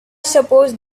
suppose